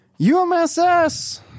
UMSS